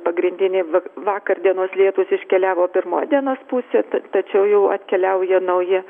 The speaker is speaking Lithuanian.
pagrindiniai vakar dienos lietūs iškeliavo pirmos dienos pusėje tačiau jau atkeliauja nauji